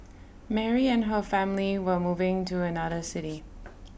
Mary and her family were moving to another city